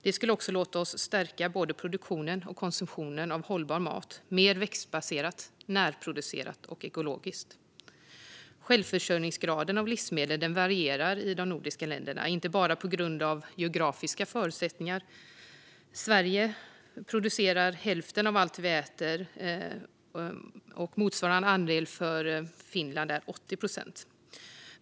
Den skulle också innebära en stärkt produktion och konsumtion av hållbar mat, det vill säga mer växtbaserat, närproducerat och ekologiskt. Självförsörjningsgraden på livsmedel varierar i de nordiska länderna, inte bara på grund av geografiska förutsättningar. Sverige producerar hälften av allt vi äter, medan motsvarande andel för Finland är 80 procent.